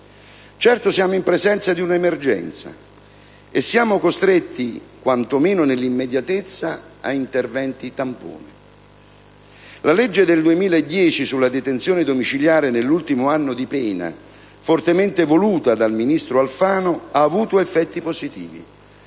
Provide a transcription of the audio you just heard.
Certo, siamo in presenza di un'emergenza e siamo costretti, quantomeno nell'immediatezza, a interventi tampone. La legge del 2010 sulla detenzione domiciliare nell'ultimo anno di pena, fortemente voluta dal ministro Alfano, ha avuto effetti positivi,